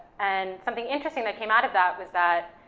and something interesting that came out of that was that